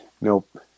Nope